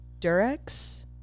durex